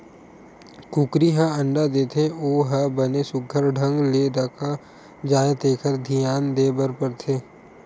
कुकरी ह अंडा देथे ओ ह बने सुग्घर ढंग ले रखा जाए तेखर धियान देबर परथे